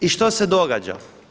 I što se događa?